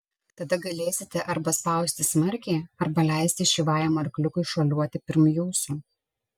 tada galėsite arba spausti smarkiai arba leisti šyvajam arkliukui šuoliuoti pirm jūsų